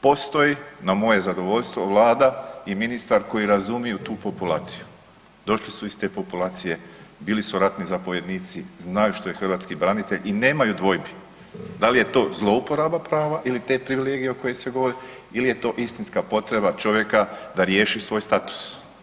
Postoji na moje zadovoljstvo Vlada i ministar koji razumiju tu populaciju, došli su iz te populacije, bili su ratni zapovjednici, znaju što je hrvatski branitelj i nemaju dvojbi da li je to zlouporaba prava ili te privilegije o kojoj se govori ili je to istinska potreba čovjeka da riješi svoj status.